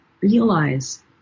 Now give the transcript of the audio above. Realize